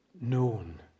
known